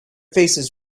faces